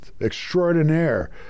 extraordinaire